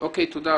תודה.